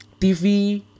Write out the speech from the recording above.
TV